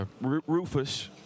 Rufus